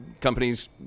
companies